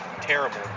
terrible